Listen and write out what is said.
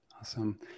Awesome